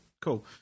cool